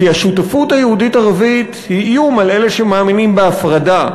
כי השותפות היהודית-ערבית היא איום על אלה שמאמינים בהפרדה,